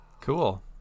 cool